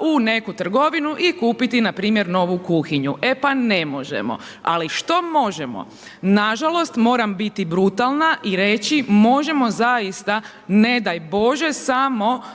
u neku trgovinu i kupiti npr. novu kuhinju? E pa ne možemo. Ali što možemo? Nažalost, moram biti brutalna i reći možemo zaista, ne daj Bože, samo